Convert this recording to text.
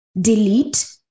delete